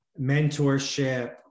mentorship